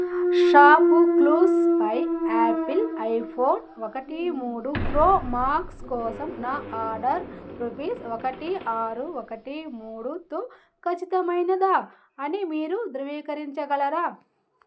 shop క్లూస్పై Apple iPhone ఒకటి మూడు ఫ్రో మాక్స్ కోసం నా ఆర్డర్ రుపీస్ ఒకటి ఆరు ఒకటి మూడుతో ఖచ్చితమైనదా అని మీరు ధృవీకరించగలరా